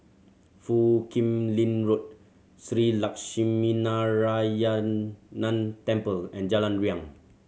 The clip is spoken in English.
Foo Kim Lin Road Shree Lakshminarayanan Temple and Jalan Riang